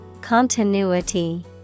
Continuity